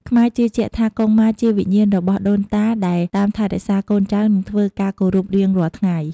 ខ្មែរជឿជាក់ថាកុងម៉ាជាវិញ្ញាណរបស់ដូនតាដែលតាមថែរក្សាកូនចៅ និងធ្វើការគោរពរៀងរាល់ថ្ងៃ។